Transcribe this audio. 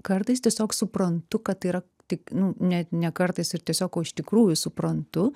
kartais tiesiog suprantu kad yra tik nu ne ne kartais ir tiesiog o iš tikrųjų suprantu